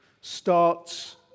starts